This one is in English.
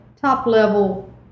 top-level